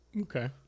Okay